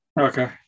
Okay